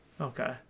Okay